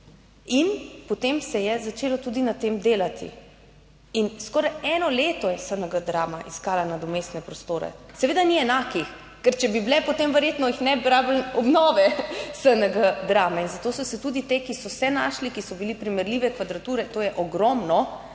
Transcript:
in potem se je začelo tudi na tem delati. In skoraj eno leto je SNG Drama iskala nadomestne prostore. Seveda, ni enakih, ker če bi bile, potem verjetno jih ne bi rabili obnove SNG Drame. In zato so se tudi te, ki so se našli, ki so bili primerljive kvadrature, to je ogromno.